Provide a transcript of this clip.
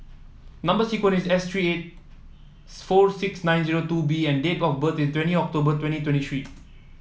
number sequence is S three eight four six nine zero two B and date of birth is twenty October twenty twenty three